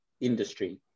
industry